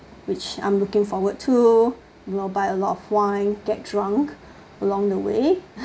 which I'm looking forward to you know buy a lot of wine get drunk along the way